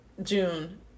june